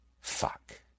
Fuck